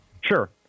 Sure